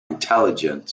intelligent